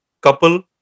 couple